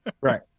Right